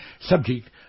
subject